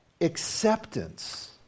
acceptance